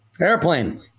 Airplane